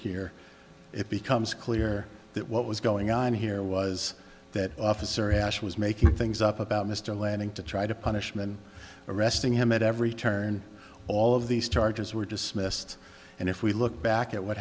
here it becomes clear that what was going on here was that the officer ash was making things up about mr lanning to try to punish men arresting him at every turn all of these charges were dismissed and if we look back at what